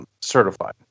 certified